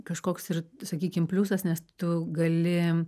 kažkoks ir sakykim pliusas nes tu gali